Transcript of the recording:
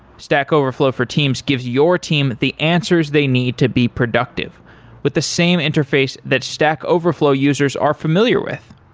stack overflow for teams gives your team the answers they need to be productive with the same interface that stack overflow users are familiar with.